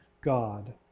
God